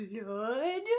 blood